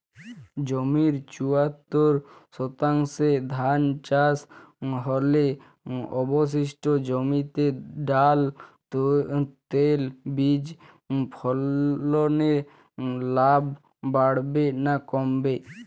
জমির চুয়াত্তর শতাংশে ধান চাষ হলে অবশিষ্ট জমিতে ডাল তৈল বীজ ফলনে লাভ বাড়বে না কমবে?